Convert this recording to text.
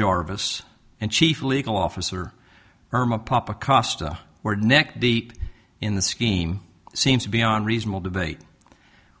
jarvis and chief legal officer firm apapa costa were neck deep in the scheme seems beyond reasonable debate